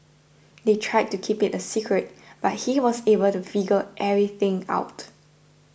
they tried to keep it a secret but he was able to figure everything out